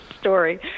story